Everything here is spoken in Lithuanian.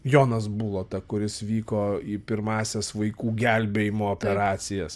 jonas bulota kuris vyko į pirmąsias vaikų gelbėjimo operacijas